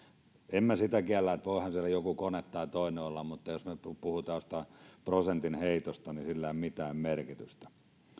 en minä sitä kiellä että voihan siellä joku kone tai toinen olla mutta jos me puhumme jostain prosentin heitosta niin sillä ei ole mitään merkitystä